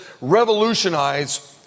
revolutionize